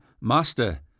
Master